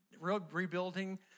rebuilding